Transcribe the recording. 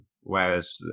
whereas